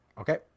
Okay